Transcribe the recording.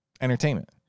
entertainment